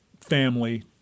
family